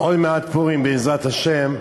עוד מעט פורים, בעזרת השם.